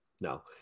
no